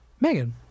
Megan